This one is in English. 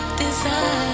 desire